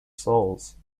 soles